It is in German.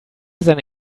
seine